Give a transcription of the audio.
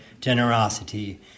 generosity